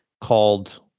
called